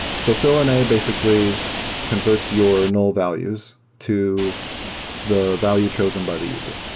so fillna basically converts your null values to the value chosen by the user.